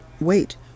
Wait